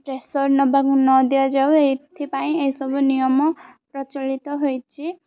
pressure ନବାକୁ ନ ଦିଆଯାଉ ଏଥିପାଇଁ ଏହିସବୁ ନିୟମ ପ୍ରଚଳିତ ହୋଇଛି